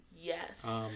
yes